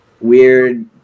weird